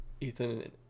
Ethan